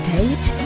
Date